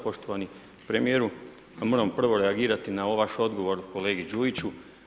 Poštovani premijeru, pa moram prvo reagirati na ovaj vaš odgovor kolegi Đujiću.